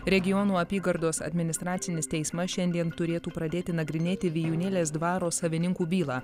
regionų apygardos administracinis teismas šiandien turėtų pradėti nagrinėti vijūnėlės dvaro savininkų bylą